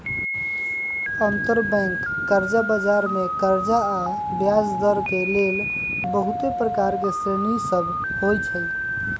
अंतरबैंक कर्जा बजार मे कर्जा आऽ ब्याजदर के लेल बहुते प्रकार के श्रेणि सभ होइ छइ